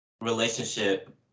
relationship